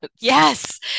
Yes